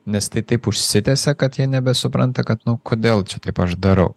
nes tai taip užsitęsia kad jie nebesupranta kad nu kodėl čia taip aš darau